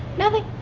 nothing.